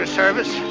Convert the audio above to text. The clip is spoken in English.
service